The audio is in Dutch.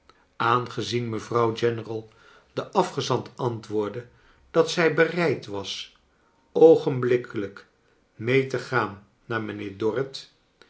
aangezien mevrouw general den afgezant antwoordde dat zij nereid was oogenblikkelijk mee te gaan naar mijnheer dorrit